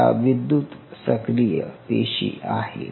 त्या विद्युत सक्रिय पेशी आहेत